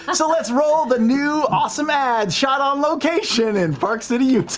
ah so let's roll the new awesome ad shot on location in park city, utah.